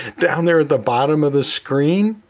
down there at the bottom of the screen.